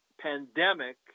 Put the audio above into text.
pandemic